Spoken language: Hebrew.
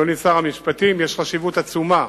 אדוני שר המשפטים, יש חשיבות עצומה